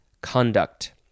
conduct